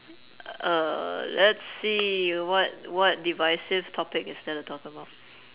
uh let's see what what divisive topic is there to talk about